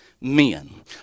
men